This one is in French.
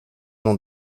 nom